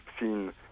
seen